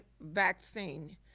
vaccine